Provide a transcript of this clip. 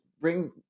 bring